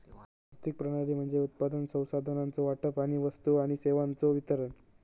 आर्थिक प्रणाली म्हणजे उत्पादन, संसाधनांचो वाटप आणि वस्तू आणि सेवांचो वितरण